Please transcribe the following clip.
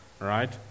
right